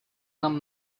нам